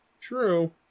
True